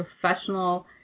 professional